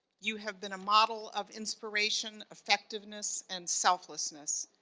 you have been a model of inspiration, effectiveness and selflessness.